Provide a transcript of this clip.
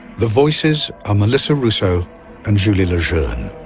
the voices are melissa rousseau and julie lejeune.